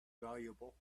valuable